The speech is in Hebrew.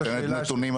שנותנת נתונים אמיתיים.